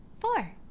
four